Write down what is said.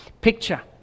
picture